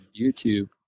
YouTube